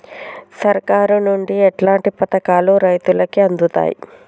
సర్కారు నుండి ఎట్లాంటి పథకాలు రైతులకి అందుతయ్?